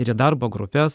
ir į darbo grupes